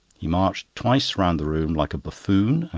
he marched twice round the room like a buffoon,